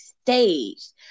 staged